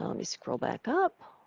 me scroll back up.